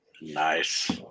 Nice